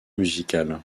musical